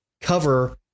cover